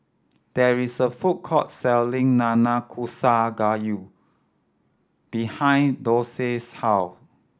there is a food court selling Nanakusa Gayu behind Dorsey's house